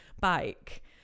bike